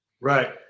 Right